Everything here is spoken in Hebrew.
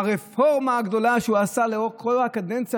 הרפורמה הגדולה שהוא עשה לאורך כל הקדנציה,